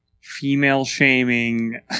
female-shaming